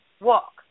walk